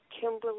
Kimberly